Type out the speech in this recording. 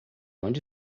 onde